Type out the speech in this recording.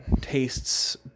tastes